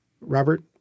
Robert